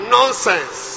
Nonsense